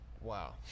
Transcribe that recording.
Wow